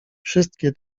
wszystkie